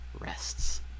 rests